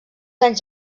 anys